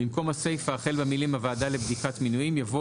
במקום הסייפה החלק במילים "הוועדה לבדיקת מינויים" יבוא